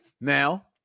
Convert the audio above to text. Now